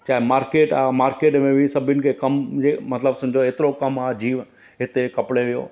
चाहे मार्किट आ मार्किट में बि सभिनि खे कमु जे मतिलबु सम्झो हेतिरो कमु आहे जीव हिते कपिड़े जो